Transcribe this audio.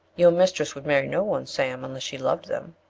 your mistress would marry no one, sam, unless she loved them.